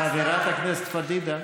חברת הכנסת פדידה,